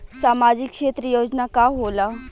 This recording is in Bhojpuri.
सामाजिक क्षेत्र योजना का होला?